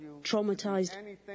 traumatized